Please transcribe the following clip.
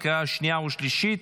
לקריאה שנייה ושלישית.